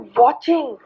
watching